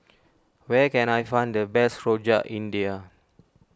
where can I find the best Rojak India